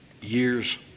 years